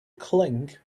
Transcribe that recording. clink